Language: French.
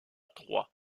trois